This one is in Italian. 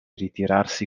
ritirarsi